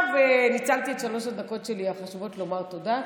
ניצלתי את שלוש הדקות שלי לומר תודה,